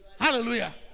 Hallelujah